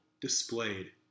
displayed